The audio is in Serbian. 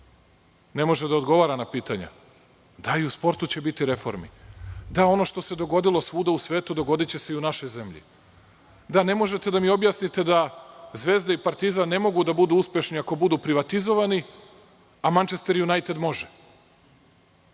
ne može da odgovara na pitanja. Da. I u sportu će biti reforme. Da. Ono što se dogodilo svuda u svetu dogodiće se i u našoj zemlji. Da. Ne možete da mi objasnite da „Zvezda“ i „Partizan“ ne mogu da budu uspešni ako budu privatizovani, a „Mančester Junajted“ može.